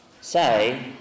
say